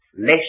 less